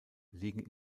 liegen